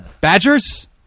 Badgers